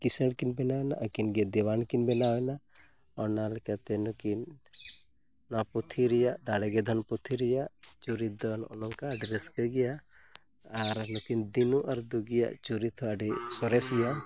ᱠᱤᱸᱥᱟᱹᱲ ᱠᱤᱱ ᱵᱮᱱᱟᱣᱮᱱᱟ ᱟᱠᱤᱱ ᱜᱮ ᱫᱮᱣᱟᱱᱠᱤᱱ ᱵᱮᱱᱟᱣᱮᱱᱟ ᱚᱱᱟᱞᱮᱠᱟᱛᱮ ᱱᱩᱠᱤᱱ ᱱᱚᱣᱟ ᱯᱩᱛᱷᱤ ᱨᱮᱭᱟᱜ ᱫᱟᱲᱮᱜᱮ ᱫᱷᱚᱱ ᱯᱩᱛᱷᱤ ᱨᱮᱭᱟᱜ ᱪᱩᱨᱤᱛ ᱫᱚ ᱱᱚᱜᱼᱚ ᱱᱚᱝᱠᱟ ᱟᱹᱰᱤ ᱨᱟᱹᱥᱠᱟᱹᱜᱮᱭᱟ ᱟᱨ ᱱᱩᱠᱤᱱ ᱫᱤᱱᱩ ᱟᱨ ᱫᱩᱜᱤᱭᱟᱜ ᱪᱩᱨᱤᱛ ᱦᱚᱸ ᱟᱹᱰᱤ ᱥᱚᱨᱮᱥ ᱜᱮᱭᱟ